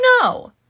No